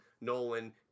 Nolan